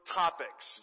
topics